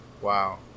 Wow